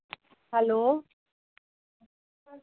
hello